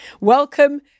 Welcome